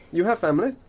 you have family?